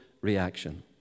reaction